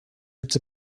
its